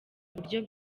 buryo